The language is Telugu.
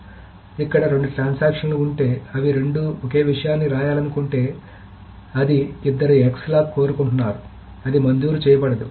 కాబట్టి ఇక్కడ రెండు ట్రాన్సాక్షన్ లు ఉంటే అవి రెండు ఒకే విషయాన్ని రాయాలనుకుంటే అది ఇద్దరూ x లాక్ కోరుకుంటున్నారు అది మంజూరు చేయబడదు